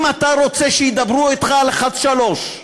אם אתה רוצה שידברו אתך לחץ 3,